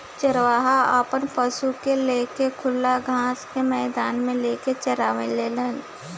चरवाहा आपन पशु के ले के खुला घास के मैदान मे लेके चराने लेन